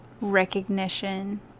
recognition